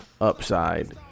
upside